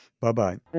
bye-bye